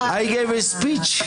I gave a speech.